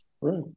Right